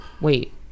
Wait